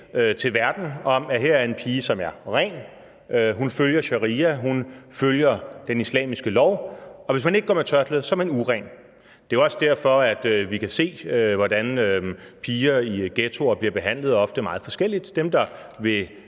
til verden om, at her er en pige, som er ren. Hun følger sharia, hun følger den islamiske lov. Og hvis man ikke går med tørklæde, er man uren. Det er også derfor, at vi kan se, hvordan piger i ghettoer bliver behandlet ofte meget forskelligt. Dem, der